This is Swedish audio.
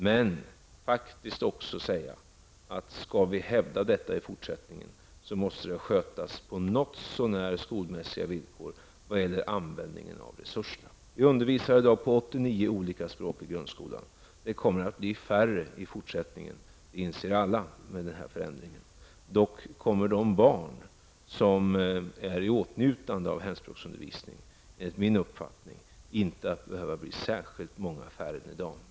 Men vi måste faktiskt säga att skall detta hävdas i fortsättningen, måste det skötas på något så när skolmässiga villkor när det gäller användningen av resurserna. Vi undervisar i dag på 89 olika språk i grundskolan. Det kommer att bli färre språk i fortsättningen med denna förändring. Det inser alla. Dock kommer de barn som kommer i åtnjutande av hemspråksundervisning enligt min uppfattning inte att behöva bli särskilt många färre än i dag.